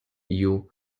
you